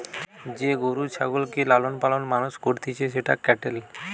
যে গরু ছাগলকে লালন পালন মানুষ করতিছে সেটা ক্যাটেল